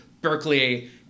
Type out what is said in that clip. Berkeley